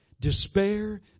despair